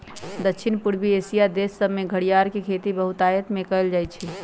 दक्षिण पूर्वी एशिया देश सभमें घरियार के खेती बहुतायत में कएल जाइ छइ